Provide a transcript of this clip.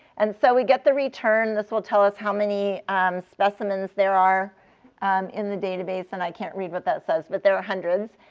and so we get the return. this will tell us how many specimens there are in the database. and i can't read what that says, but there are hundreds.